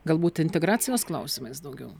galbūt integracijos klausimais daugiau